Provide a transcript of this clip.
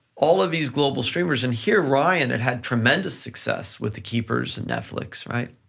all of these global streamers in here, ryan had had tremendous success with the keepers in netflix, right?